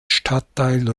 stadtteil